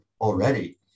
already